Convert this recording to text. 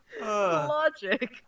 logic